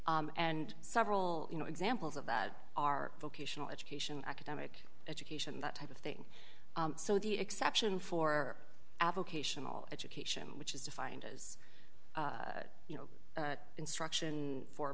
and several you know examples of that are vocational education academic education that type of thing so the exception for avocational education which is defined as you know instruction for